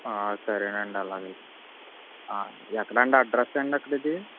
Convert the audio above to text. సరే అండి అలాగే ఎక్కడ అండి అడ్రస్ అండి ఎక్కడ ఇది